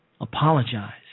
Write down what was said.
apologize